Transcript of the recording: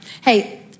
hey